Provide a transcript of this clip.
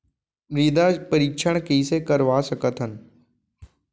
मृदा परीक्षण कइसे करवा सकत हन?